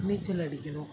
நீச்சல் அடிக்கணும்